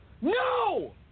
No